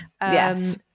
Yes